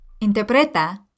Interpreta